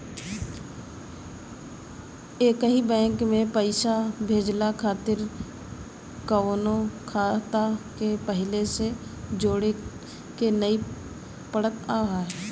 एकही बैंक में पईसा भेजला खातिर कवनो खाता के पहिले से जोड़े के नाइ पड़त हअ